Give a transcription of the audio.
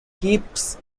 keeps